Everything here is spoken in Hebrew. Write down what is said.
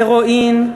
הירואין,